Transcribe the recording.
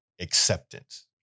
acceptance